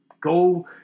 Go